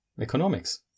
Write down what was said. Economics